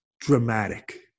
dramatic